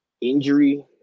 Injury